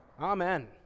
Amen